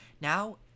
now